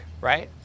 right